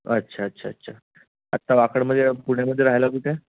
अच्छा अच्छा अच्छा आता वाकडमध्ये पुण्यामध्ये राहायला कुठे